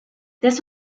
this